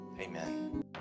amen